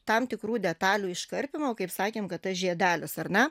tam tikrų detalių iškarpymo kaip sakėm kad tas žiedelis ar ne